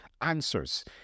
answers